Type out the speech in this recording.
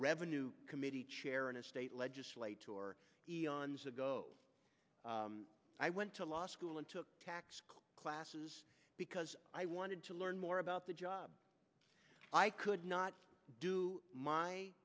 revenue committee chairman a state legislator or i went to law school and took classes because i wanted to learn more about the job i could not do my